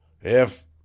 if-